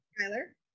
Tyler